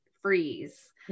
freeze